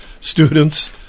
students